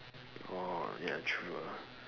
orh ya true ah